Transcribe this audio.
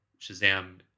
Shazam